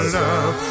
love